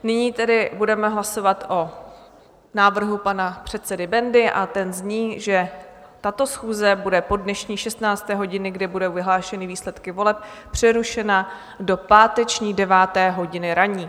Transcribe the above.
Nyní tedy budeme hlasovat o návrhu pana předsedy Bendy a ten zní, že tato schůze bude po dnešní 16. hodině, kdy budou vyhlášeny výsledky voleb, přerušena do páteční 9. hodiny ranní.